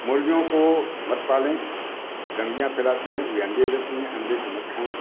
मुर्गियों को मत पालें वो गंदगीयाँ फैलाती हैं वे अंडे देती हैं अंडों को मत खाएं